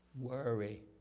Worry